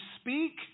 speak